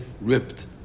ripped